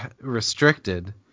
restricted